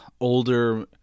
older